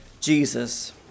Jesus